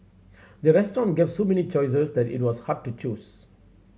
the restaurant gave so many choices that it was hard to choose